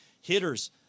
hitters